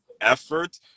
effort